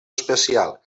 especial